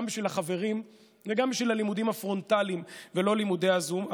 גם בשביל החברים וגם בשביל הלימודים הפרונטליים ולא לימודי הזום.